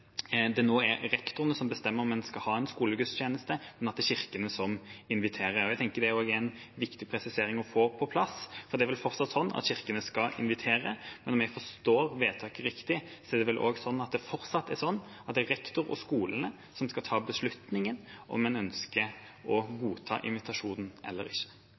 det er en viktig presisering å få på plass, for det er vel fortsatt slik at kirkene skal invitere. Om jeg forstår vedtaket riktig, er det vel fortsatt slik at det er rektor og skolene som skal ta beslutningen om en ønsker å godta invitasjonen eller ikke?